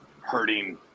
hurting